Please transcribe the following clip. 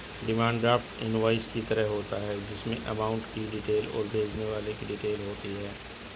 demand draft invoice की तरह होता है जिसमे अमाउंट की डिटेल और भेजने वाले की डिटेल होती है